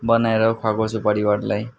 बनाएर खुवाएको छु परिवारलाई